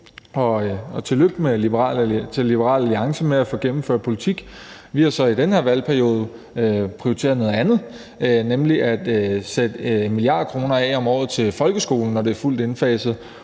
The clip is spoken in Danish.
og tillykke til Liberal Alliance med at få gennemført politik. Vi har i den her valgperiode prioriteret noget andet, nemlig at sætte 1 mia. kr. af om året til folkeskolen, når det er fuldt indfaset,